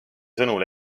sõnul